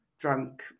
drunk